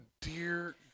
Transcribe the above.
Dear